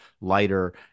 lighter